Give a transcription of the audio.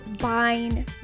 buying